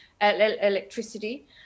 electricity